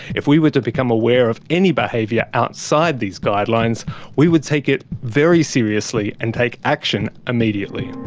if we were to become aware of any behaviour outside these guidelines we would take it very seriously and take action immediately.